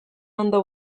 ondo